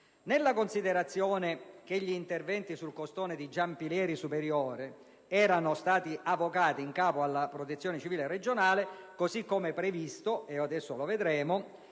Nella considerazione che gli interventi sul costone di Giampilieri Superiore erano stati avocati in capo alla Protezione civile regionale, così come previsto dall'O.P.C.M. (lo vedremo